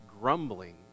grumbling